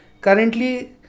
Currently